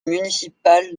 municipal